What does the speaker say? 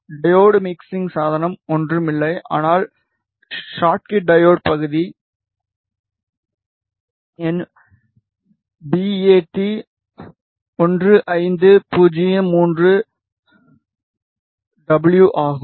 diode mixing சாதனம் ஒன்றுமில்லை ஆனால் ஷாட்கி டையோடு பகுதி எண் பி எ ட் 15 03 டபுள்யூ ஆகும்